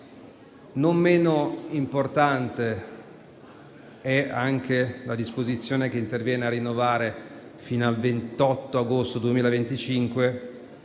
Non meno importante è la disposizione che interviene a rinnovare, fino al 28 agosto 2025,